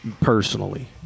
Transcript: Personally